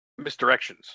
misdirections